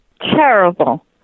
Terrible